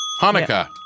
Hanukkah